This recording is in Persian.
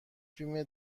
فیلم